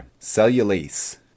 Cellulase